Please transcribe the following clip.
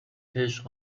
عشق